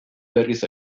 berriz